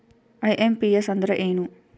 IMPS ಅಂದ್ರ ಏನು?